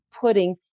putting